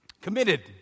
committed